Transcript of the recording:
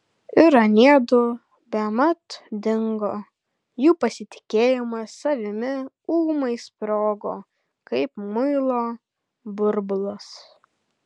ir aniedu bemat dingo jų pasitikėjimas savimi ūmai sprogo kaip muilo burbulas